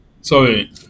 sorry